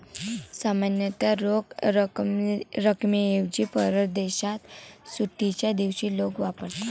सामान्यतः रोख रकमेऐवजी परदेशात सुट्टीच्या दिवशी लोक वापरतात